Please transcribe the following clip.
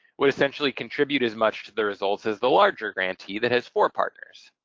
would essentially contribute as much to the results as the larger grantee that has four partners.